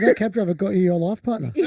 that cab driver got you your life partner?